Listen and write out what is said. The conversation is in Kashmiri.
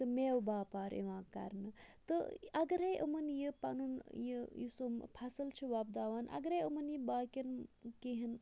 تہٕ میوٕ باپار یِوان کَرنہٕ تہٕ اَگَرے یِمَن یہِ پَنُن یہِ یہِ سُہ فصٕل چھُ وۄبداوان اگرے یِمَن یہِ باقیَن کینٛہہ